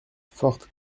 forte